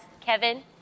Kevin